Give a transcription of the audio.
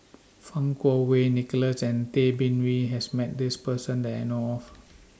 Fang Kuo Wei Nicholas and Tay Bin Wee has Met This Person that I know of